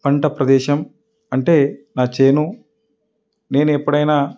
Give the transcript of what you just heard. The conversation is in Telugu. పంట ప్రదేశం అంటే నా చేను నేను ఎప్పుడైనా